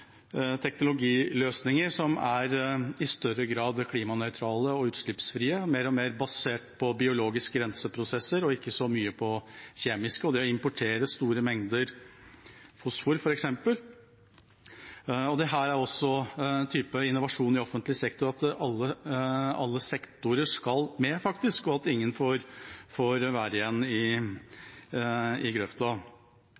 teknologiløsninger som i større grad er klimanøytrale, utslippsfrie og mer og mer basert på biologiske renseprosesser og ikke så mye på kjemiske, f.eks. ved å importere store mengder fosfor. Dette er også en type innovasjon i offentlig sektor: at alle sektorer faktisk skal med, og at ingen får være igjen i